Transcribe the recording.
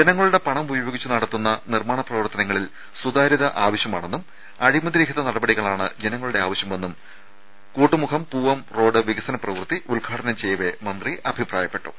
ജനങ്ങ ളുടെ പണം ഉപയോഗിച്ച് നടത്തുന്ന നിർമ്മാണ പ്രവർത്തനങ്ങളിൽ സുതാ രൃത ആവശ്യമാണെന്നും അഴിമതിരഹിത നടപടികളാണ് ജനങ്ങളുടെ ആവ ശ്യമെന്നും കൂട്ടുമുഖം പൂവ്വം റോഡ് വികസന പ്രവൃത്തി ഉദ്ഘാടനം ചെയ്യവെ മന്ത്രി അഭിപ്രായപ്പെട്ടു